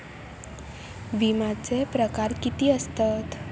विमाचे प्रकार किती असतत?